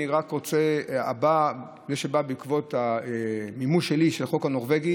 מי שבא בעקבות המימוש שלי של החוק הנורבגי